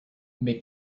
make